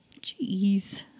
Jeez